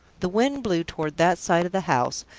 the wind blew toward that side of the house,